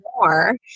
more